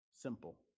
Simple